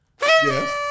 Yes